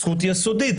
זכות יסודית,